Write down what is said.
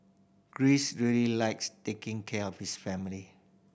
Greece really likes taking care of his family